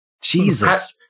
Jesus